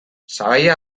sabaia